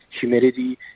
humidity